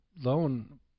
loan